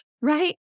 right